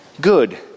good